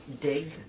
dig